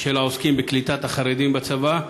של העוסקים בקליטת החרדים בצבא,